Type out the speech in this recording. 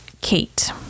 Kate